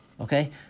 okay